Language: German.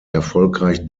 erfolgreich